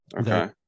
okay